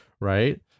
right